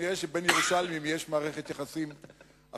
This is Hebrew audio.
נראה שבין ירושלמים יש מערכת יחסים אחרת.